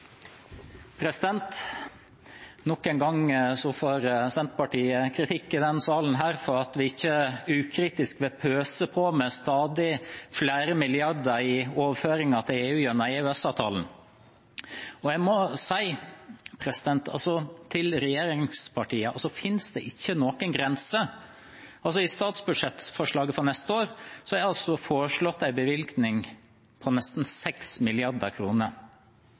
Nok en gang får Senterpartiet kritikk i denne salen for at vi ikke ukritisk vil pøse på med stadig flere milliarder kroner i overføringer til EU gjennom EØS-avtalen. Jeg må si at for regjeringspartiene finnes det ingen grense. I forslaget til statsbudsjett for neste år, er det foreslått en bevilgning på nesten